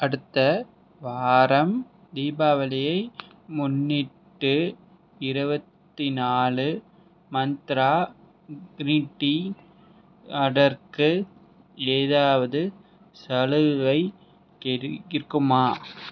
அடுத்த வாரம் தீபாவளியை முன்னிட்டு இருபத்தி நாலு மந்த்ரா க்ரீன் டீ ஆர்டருக்கு ஏதாவது சலுகை கிரு இருக்குமா